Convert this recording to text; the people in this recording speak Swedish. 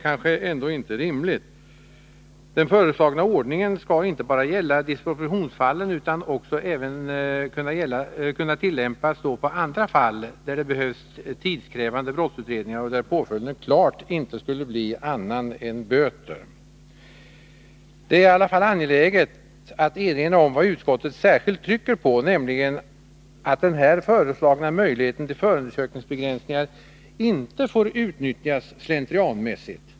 Den föreslagna ordningen skall inte bara gälla disproportionsfallen, utan även kunna tillämpas på andra fall där det behövs tidskrävande brottsutredningar och där det står klart att påföljden inte skulle bli annat än böter. Det är angeläget att erinra om vad utskottet särskilt trycker på, nämligen att den här föreslagna möjligheten till förundersökningsbegränsningar inte får utnyttjas slentrianmässigt.